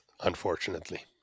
unfortunately